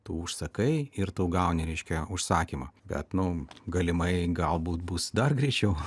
tu užsakai ir tu gauni reiškia užsakymą bet nu galimai galbūt bus dar greičiau